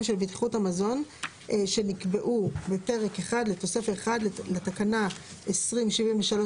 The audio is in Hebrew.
של בטיחות המזון שנקבעו בפרק 1 לתוספת 1 לתקנה 2073/2005,